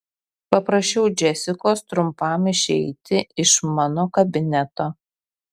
paprašiau džesikos trumpam išeiti iš mano kabineto